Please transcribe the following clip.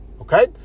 okay